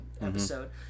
episode